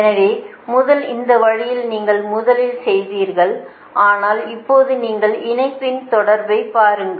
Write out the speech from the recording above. எனவே முதல் இந்த வழியில் நீங்கள் முதலில் செய்தீர்கள் ஆனால் இப்போது நீங்கள் இணைப்பின் தொடர்பை பாருங்கள்